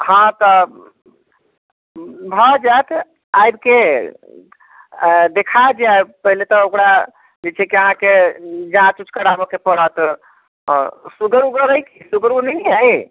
हँ तऽ भऽ जायत आबिके देखा जायब पहिले तऽ ओकरा जे छै कि अहाँके जाँच ओच कराबऽ के पड़त अऽ सुगर ओगर अइ सुगरो नहि ने अइ